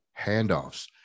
handoffs